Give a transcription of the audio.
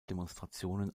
demonstrationen